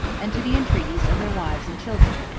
and to the entreaties of their wives and children,